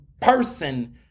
person